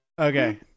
okay